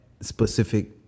specific